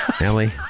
Ellie